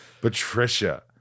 Patricia